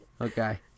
Okay